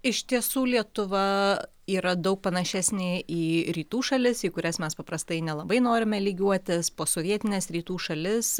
iš tiesų lietuva yra daug panašesnė į rytų šalis į kurias mes paprastai nelabai norime lygiuotis posovietines rytų šalis